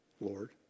Lord